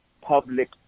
public